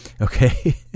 okay